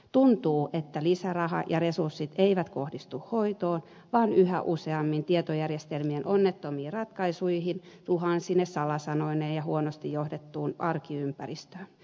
tuntuu että lisäraha ja resurssit eivät kohdistu hoitoon vaan yhä useammin tietojärjestelmien onnettomiin ratkaisuihin tuhansine salasanoineen ja huonosti johdettuun arkiympäristöön